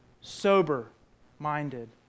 sober-minded